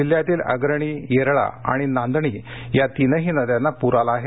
जिल्ह्यातील अग्रणी येरळा आणि नांदणी या तीनही नद्यांना पूर आला आहे